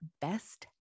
best